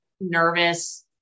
nervous